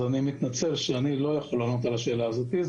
אז אני מתנצל שאני לא יכול לענות על השאלה הזאת.